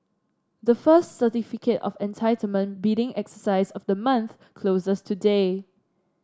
the first Certificate of Entitlement bidding exercise of the month closes today